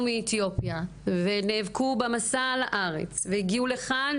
מאתיופיה ונאבקו במסע לארץ והגיעו לכאן,